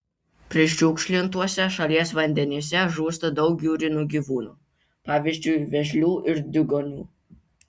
prišiukšlintuose šalies vandenyse žūsta daug jūrinių gyvūnų pavyzdžiui vėžlių ir diugonių